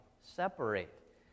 separate